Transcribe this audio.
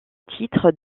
titre